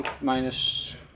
minus